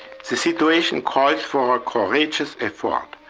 the situation calls for a courageous effort,